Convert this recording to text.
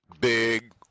Big